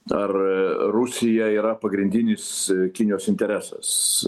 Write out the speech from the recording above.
ar rusija yra pagrindinis kinijos interesas